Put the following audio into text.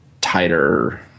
tighter